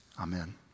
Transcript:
Amen